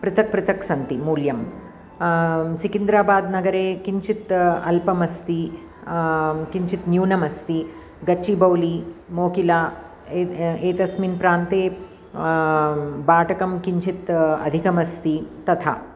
पृथक् पृथक् सन्ति मूल्यम् सिकिन्द्राबाद्नगरे किञ्चित् अल्पमस्ति किञ्चित् न्यूनमस्ति गच्चिबौलि मोकिला ए एतस्मिन् प्रान्ते भाटकं किञ्चित् अधिकमस्ति तथा